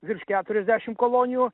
virš keturiasdešim kolonijų